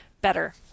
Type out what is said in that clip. better